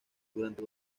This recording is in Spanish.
durante